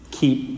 keep